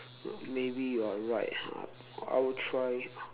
maybe you are right ha I will try